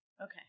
Okay